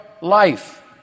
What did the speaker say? life